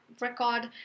record